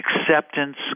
acceptance